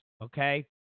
Okay